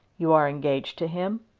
you are engaged to him?